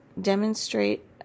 demonstrate